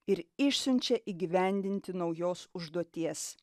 ir išsiunčia įgyvendinti naujos užduoties